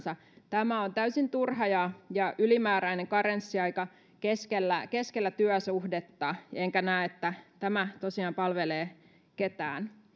tämä on täysin turha ja ja ylimääräinen karenssiaika keskellä keskellä työsuhdetta enkä näe että tämä tosiaan palvelee ketään